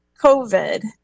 COVID